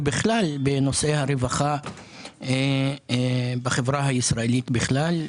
ובכלל בנושאי הרווחה בחברה הישראלית בכלל,